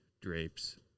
drapes